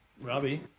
Robbie